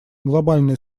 глобальная